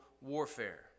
warfare